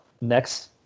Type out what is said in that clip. next